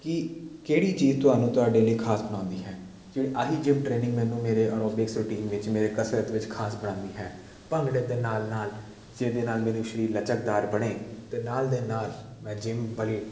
ਕਿ ਕਿਹੜੀ ਚੀਜ਼ ਤੁਹਾਨੂੰ ਤੁਹਾਡੇ ਲਈ ਖਾਸ ਬਣਾਉਂਦੀ ਹੈ ਜੀ ਇਹੀ ਜਿੰਮ ਟ੍ਰੇਨਿੰਗ ਮੈਨੂੰ ਮੇਰੇ ਐਰੋਬਿਕਸ ਰੂਟੀਨ ਵਿੱਚ ਮੇਰੇ ਕਸਰਤ ਵਿੱਚ ਖਾਸ ਬਣਾਉਂਦੀ ਹੈ ਭੰਗੜੇ ਦੇ ਨਾਲ ਨਾਲ ਜਿਹਦੇ ਨਾਲ ਮੇਰਾ ਸਰੀਰ ਲਚਕਦਾਰ ਬਣੇ ਅਤੇ ਨਾਲ ਦੀ ਨਾਲ ਮੈਂ ਜਿੰਮ ਵਾਲੀ